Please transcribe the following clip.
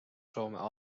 soome